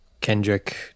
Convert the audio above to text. Kendrick